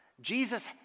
Jesus